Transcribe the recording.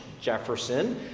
Jefferson